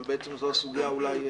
אבל בעצם זו הסוגיה אולי,